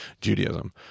Judaism